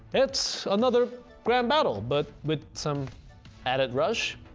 it's another grand battle, but with some added rush?